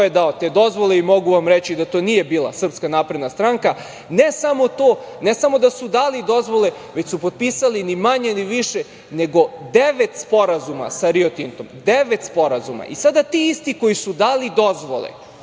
ko je dao te dozvole i mogu vam reći da to nije bila SNS, ne samo to, ne samo da su dali dozvole, već su potpisali ni manje, ni više nego devet sporazuma sa "Rio Tintom", devet sporazuma. Sada ti isti koji su dali dozvole,